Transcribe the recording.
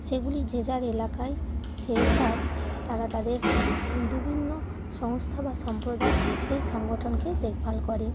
সেগুলি যে যার এলাকায় সেই তার তারা তাদের বিভিন্ন সংস্থা বা সম্প্রদায় সেই সংগঠনকে দেখভাল করে